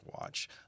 watch